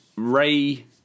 Ray